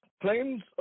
claims